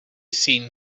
seen